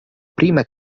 prima